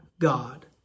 God